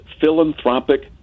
philanthropic